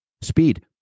Speed